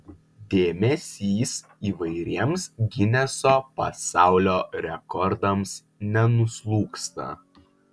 dėmesys įvairiems gineso pasaulio rekordams nenuslūgsta